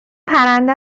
پرنده